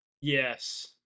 Yes